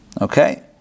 Okay